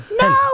no